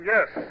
Yes